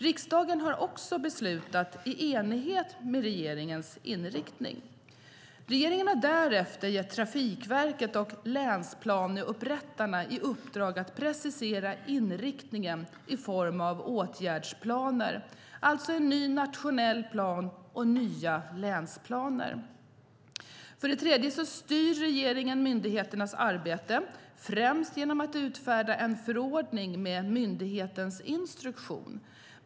Riksdagen har också beslutat i enlighet med regeringens inriktning. Regeringen har därefter gett Trafikverket och länsplaneupprättarna i uppdrag att precisera inriktningen i form av åtgärdsplaner, alltså en ny nationell plan och nya länsplaner. För det tredje styr regeringen myndigheternas arbete, främst genom att utfärda en förordning med myndighetens instruktion.